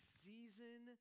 season